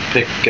Pick